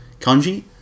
kanji